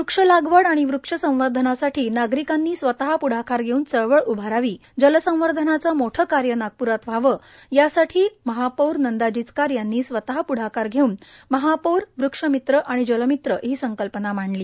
वृक्ष लागवड आणि वृक्ष संवर्धनासाठी नागरिकांनी स्वतः प्ढाकार घेऊन चळवळ उभारावी जलसंवर्धनाचे मोठे कार्य नागप्रात व्हावे यासाठी महापौर नंदा जिचकार यांनी स्वतः प्ढाकार घेऊन महापौर वृक्षमित्र आणि जलमित्र ही संकल्पना मांडली